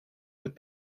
with